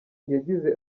yagize